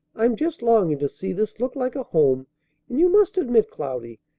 i'm just longing to see this look like a home and you must admit, cloudy,